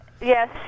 Yes